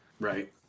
right